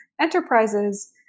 enterprises